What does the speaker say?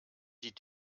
die